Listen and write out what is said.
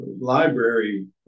library